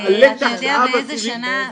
לקח שאבא שלי --- אתה יודע באיזה שנה?